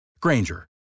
Granger